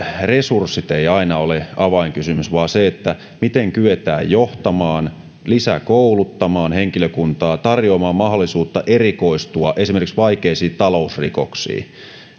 resurssit eivät aina ole avainkysymys vaan se miten kyetään johtamaan lisäkouluttamaan henkilökuntaa tarjoamaan mahdollisuutta erikoistua esimerkiksi vaikeisiin talousrikoksiin